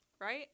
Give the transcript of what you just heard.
right